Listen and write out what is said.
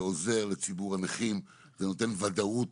זה עוזר לציבור הנכים, זה נותן ודאות